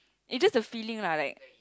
it just a feeling like